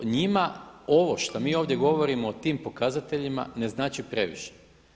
Njima ovo što mi ovdje govorimo o tim pokazateljima ne znači previše.